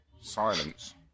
Silence